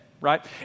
right